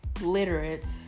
literate